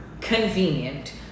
convenient